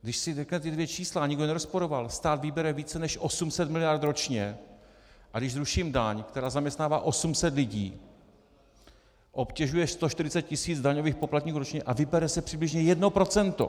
Když si řeknete ta dvě čísla, a nikdo je nerozporoval, stát vybere více než 800 mld. ročně, a když zruším daň, která zaměstnává 800 lidí, obtěžuje 140 tisíc daňových poplatníků ročně, a vybere se přibližně 1 %.